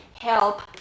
help